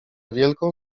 wielką